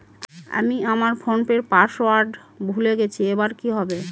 আমি আমার ফোনপের পাসওয়ার্ড ভুলে গেছি এবার কি হবে?